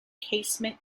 casement